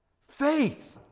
Faith